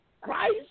Christ